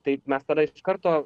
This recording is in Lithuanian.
taip mes tada iš karto